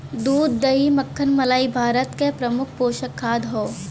दूध दही मक्खन मलाई भारत क प्रमुख पोषक खाद्य हौ